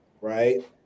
Right